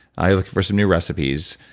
ah looking for some new recipes,